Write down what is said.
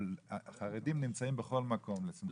אבל החרדים נמצאים בכל מקום.